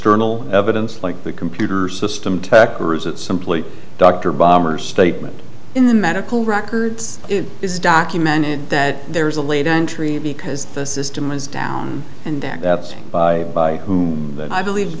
sternal evidence like the computer system tech or is it simply dr bombers statement in the medical records it is documented that there is a late entry because the system is down and that's by by whom i believe